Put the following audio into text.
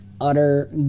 utter